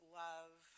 love –